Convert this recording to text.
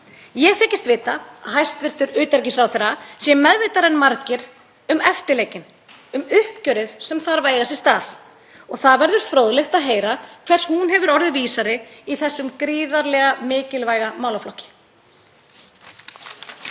Ég þykist vita að hæstv. utanríkisráðherra sé meðvitaðri en margir um eftirleikinn, um uppgjörið sem þarf að eiga sér stað. Það verður fróðlegt að heyra hvers hún hefur orðið vísari í þessum gríðarlega mikilvæga málaflokki.